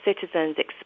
citizens